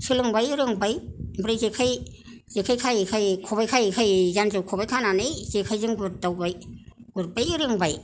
सोलोंबाय रोंबाय आमफ्राय जेखाय जेखाय खायै खायै खबाय खायै खायै जान्जिआव खबाय खानानै जेखायजों गुरदावबाय गुरबाय रोंबाय